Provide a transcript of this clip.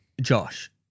Josh